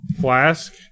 Flask